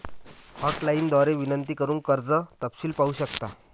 hotline द्वारे विनंती करून कर्ज तपशील पाहू शकता